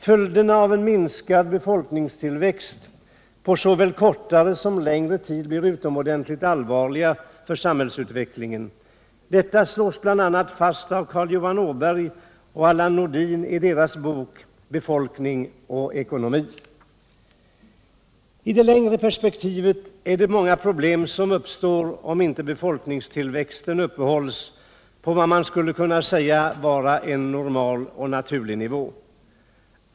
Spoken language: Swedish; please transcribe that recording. Följderna av en minskad befolkningstillväxt på såväl kortare som längre tid blir utomordentligt allvarliga för samhällsutvecklingen. Detta slås fast bl.a. av Carl Johan Åberg och Allan Nordin i deras bok Befolkning och ekonomi. I det längre perspektivet är det många problem som uppstår, om inte befolkningstillväxten uppehålls på vad man skulle kunna kalla en normal och naturlig nivå.